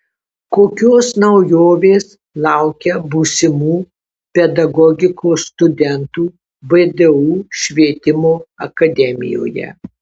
kokios naujovės laukia būsimų pedagogikos studentų vdu švietimo akademijoje